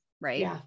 Right